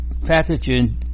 pathogen